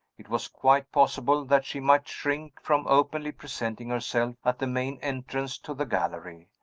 it was quite possible that she might shrink from openly presenting herself at the main entrance to the gallery,